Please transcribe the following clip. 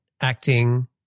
acting